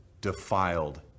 defiled